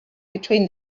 between